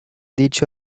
dicho